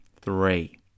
Three